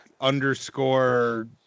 underscore